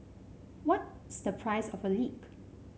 what's the price of a leak